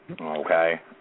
Okay